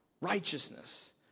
righteousness